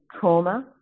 trauma